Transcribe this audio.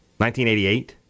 1988